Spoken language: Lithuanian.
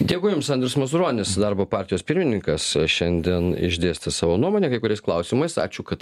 dėkui jums andrius mazuronis darbo partijos pirmininkas šiandien išdėstė savo nuomonę kai kuriais klausimais ačiū kad